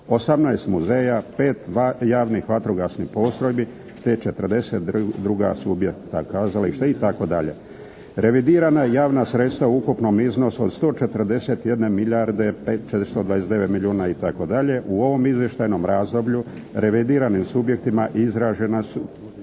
18 muzeja, 5 javnih vatrogasnih postrojbi, te 42 subjekta, kazališta itd. Revidirana javna sredstva u ukupnom iznosu od 141 milijarde 429 milijuna itd. u ovom izvještajnom razdoblju revidiranim subjektima izražena su